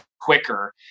quicker